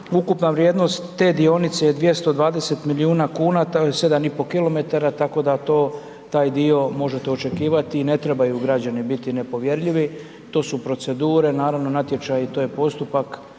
Ukupna vrijednost te dionice je 220 milijuna kuna, to je 7,5 km, tako da to, taj dio možete očekivati i ne trebaju građani biti nepovjerljivi, to su procedure, naravno, natječaji, to je postupak